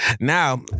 now